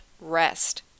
rest